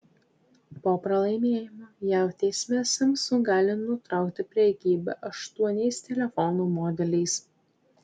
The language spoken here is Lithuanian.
po pralaimėjimo jav teisme samsung gali nutraukti prekybą aštuoniais telefonų modeliais